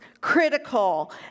critical